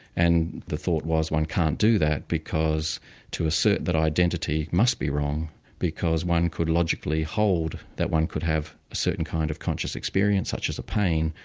and the thought was one can't do that because to assert that identity must be wrong because one could logically hold that one could have a certain kind of conscious experience, such as a pain,